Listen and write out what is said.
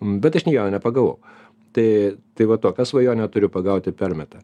bet aš nieko nepagavau tai tai va tokią svajonę turiu pagauti permetą